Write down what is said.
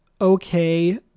okay